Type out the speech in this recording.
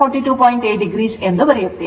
8o ಎಂದು ಬರೆಯುತ್ತೇವೆ